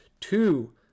two